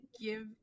give